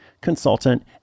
consultant